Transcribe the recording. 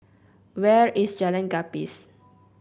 where is Jalan Gapis